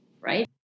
right